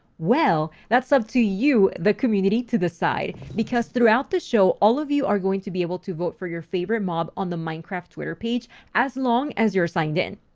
well, that's up to you, the community, to decide. because throughout the show, all of you are going to be able to vote for your favorite mob on the minecraft twitter page as long as you're signed in.